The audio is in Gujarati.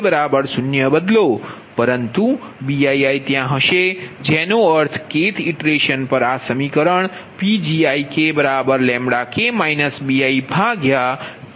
0 બદલો પરંતુ Bii ત્યાં હશે જેનો અર્થ kth ઇટરેશન પર આ સમીકરણ Pgi bi2diBii છે